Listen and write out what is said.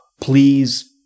Please